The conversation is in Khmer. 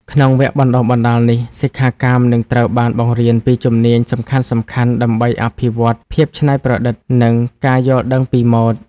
ក្នុងវគ្គបណ្តុះបណ្តាលនេះ សិក្ខាកាមនឹងត្រូវបានបង្រៀនពីជំនាញសំខាន់ៗដើម្បីអភិវឌ្ឍ ភាពច្នៃប្រឌិត និង ការយល់ដឹងពីម៉ូដ។